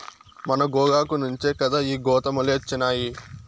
మన గోగాకు నుంచే కదా ఈ గోతాములొచ్చినాయి